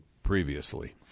previously